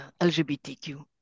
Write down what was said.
LGBTQ